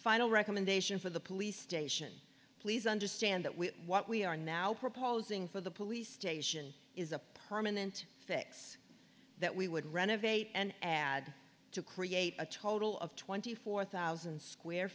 final recommendation for the police station please understand that we what we are now proposing for the police station is a permanent fix that we would renovate and add to create a total of twenty four thousand square